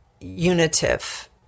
unitive